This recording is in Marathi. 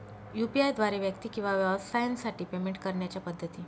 यू.पी.आय द्वारे व्यक्ती किंवा व्यवसायांसाठी पेमेंट करण्याच्या पद्धती